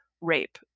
rape